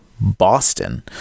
Boston